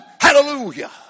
hallelujah